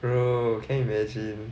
bro can you imagine